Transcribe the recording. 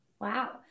Wow